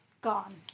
gone